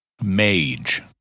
mage